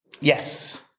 Yes